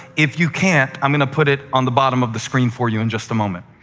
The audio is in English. if you can't, i'm going to put it on the bottom of the screen for you in just a moment,